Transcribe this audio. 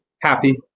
happy